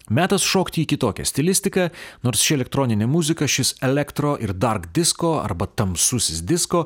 metas šokti į kitokią stilistiką nors ši elektroninė muzika šis elektro ir dark disko arba tamsusis disko